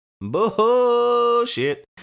bullshit